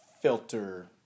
filter